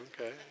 Okay